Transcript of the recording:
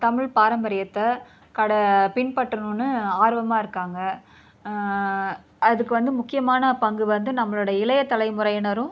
தமிழ் பாரம்பரியத்தை கடை பின்பற்றணுனு ஆர்வமாக இருக்காங்க அதுக்கு வந்து முக்கியமான பங்கு வந்து நம்மளுடைய இளைய தலைமுறையினரும்